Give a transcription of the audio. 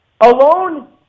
alone